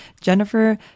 Jennifer